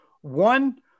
One